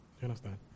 Understand